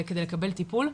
כדי לקבל טיפול.